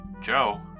Joe